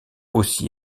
aussi